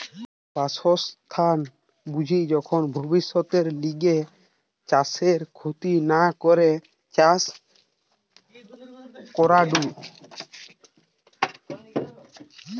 বাসস্থান বুঝি যখন ভব্যিষতের লিগে চাষের ক্ষতি না করে চাষ করাঢু